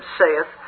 saith